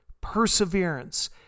Perseverance